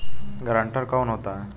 Guarantor कौन होता है?